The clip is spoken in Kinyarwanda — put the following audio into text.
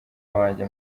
wanjye